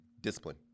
discipline